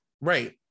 Right